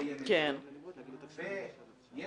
ויש